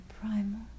primal